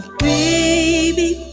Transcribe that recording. baby